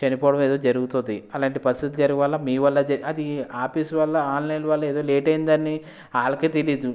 చనిపోవడం ఏదో జరుగుతుంది అలాంటి పరిస్థితి వల్ల మీ వల్లే అది ఆఫీస్ వల్ల ఆన్లైన్ వల్ల లేట్ అయ్యిందని వాళ్ళకి తెలీదు